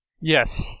Yes